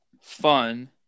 fun